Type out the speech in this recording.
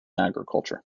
agriculture